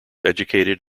educated